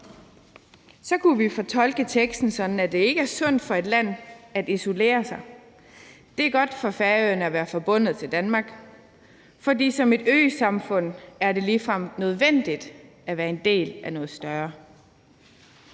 Så kunne vi fortolke teksten sådan, at det ikke er sundt for et land at isolere sig. Det er godt for Færøerne at være forbundet til Danmark, for som et øsamfund er det ligefrem nødvendigt at være en del af noget større.